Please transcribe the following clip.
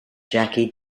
jackie